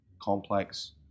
complex